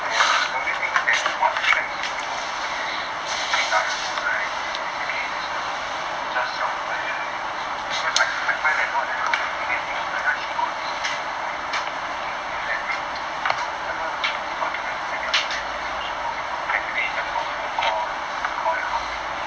!aiya! the only thing that what attracts me to this 新的 iphone right is basically there's a 比较小的 version only because I I find that nowadays phone getting bigger and bigger but then I see got this I iphone mini then I like eh sometimes it's good to have a second phone that is so small so compact with me you know just for phone calls business calls that kind of thing